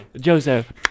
Joseph